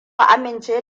amince